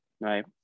Right